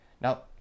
Now